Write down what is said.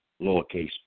lowercase